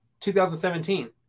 2017